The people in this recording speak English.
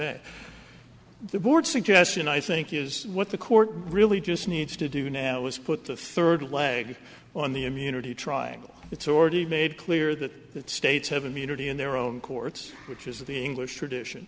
may the board suggestion i think is what the court really just needs to do now is put the third leg on the immunity triangle it's already made clear that the states have immunity in their own courts which is the english tradition